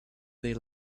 they